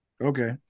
Okay